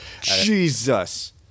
Jesus